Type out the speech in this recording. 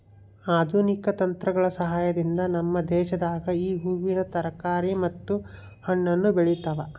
ಆಧುನಿಕ ತಂತ್ರಗಳ ಸಹಾಯದಿಂದ ನಮ್ಮ ದೇಶದಾಗ ಈ ಹೂವಿನ ತರಕಾರಿ ಮತ್ತು ಹಣ್ಣನ್ನು ಬೆಳೆತವ